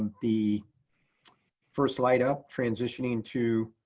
the first light up, transitioning to